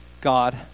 God